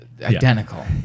Identical